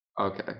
okay